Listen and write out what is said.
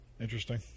Interesting